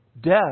Death